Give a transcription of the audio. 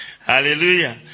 Hallelujah